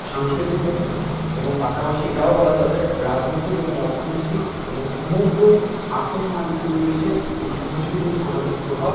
সাংস্কৃতিক ক্ষেত্রে এবং পাশাপাশি এটাও বলা চলে রাজনৈতিক এবং অর্থনৈতিক এবং সমগ্র আর্থসামাজিক পরিবেশে এই সাংস্কৃতিক সামাজিক প্রভাব